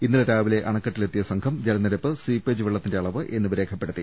ഇന്നലെ രാവിലെ അണക്കെട്ടിലെത്തിയ സംഘം ജലനിരപ്പ് സ്വീപ്പേജ് വെള്ളത്തിന്റെ അളവ് എന്നിവ രേഖപ്പെടുത്തി